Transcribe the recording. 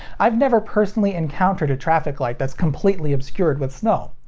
i've never personally encountered a traffic light that's completely obscured with snow.